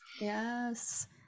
yes